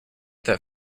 that